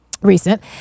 Recent